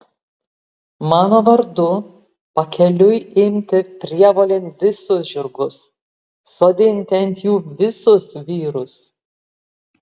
mano vardu pakeliui imti prievolėn visus žirgus sodinti ant jų visus vyrus